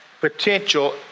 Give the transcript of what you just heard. potential